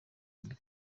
mibi